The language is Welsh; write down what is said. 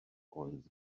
oedd